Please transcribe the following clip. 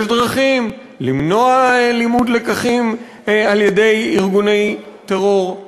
יש דרכים למנוע לימוד לקחים על-ידי ארגוני טרור.